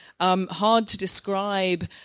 hard-to-describe